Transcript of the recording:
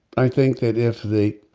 i think that if the